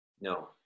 No